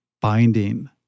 binding